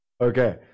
Okay